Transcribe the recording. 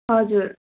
हजुर